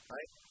Right